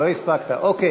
לא הספקת, אוקיי.